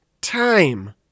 time